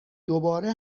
دوباره